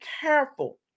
careful